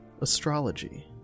astrology